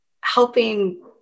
helping